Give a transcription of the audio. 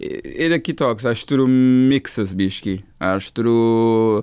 yra kitoks aš turiu miksas biškį aš turiu